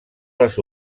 les